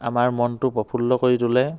আমাৰ মনটো প্ৰফুল্ল কৰি তোলে